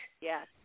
Yes